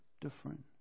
different